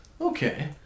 Okay